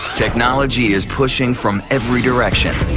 technology is pushing from every direction,